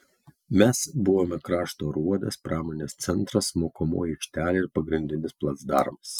mes buvome krašto aruodas pramonės centras mokomoji aikštelė ir pagrindinis placdarmas